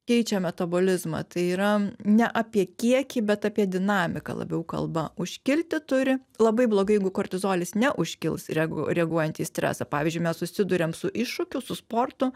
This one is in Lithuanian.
keičia metabolizmą tai yra ne apie kiekį bet apie dinamiką labiau kalba užkilti turi labai blogai jeigu kortizolis neužkils ir jeigu reaguojant į stresą pavyzdžiui mes susiduriam su iššūkiu su sportu